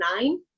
nine